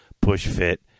push-fit